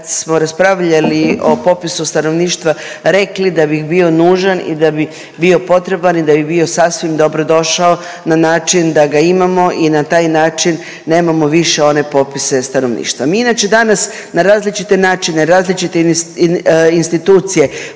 kad smo raspravljali o popisu stanovništva rekli da bi bio nužan i da bi bio potreban i da bi bio sasvim dobrodošao na način da ga imamo i na taj način nemamo više one popise stanovništva. Mi inače danas na različite načine, različite institucije